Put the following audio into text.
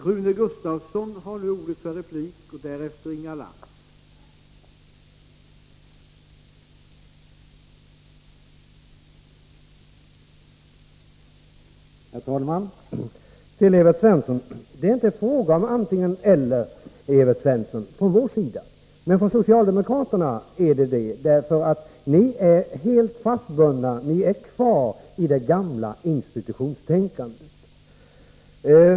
Herr talman! Till Evert Svensson vill jag säga att det inte är fråga om ett antingen-eller på vår sida. Men för socialdemokraterna är det fråga om detta, för ni är helt fastbundna. Ni är kvar i det gamla institutionstänkandet.